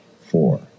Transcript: four